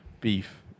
beef